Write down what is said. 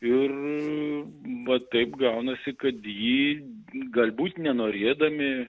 ir va taip gaunasi kad jį galbūt nenorėdami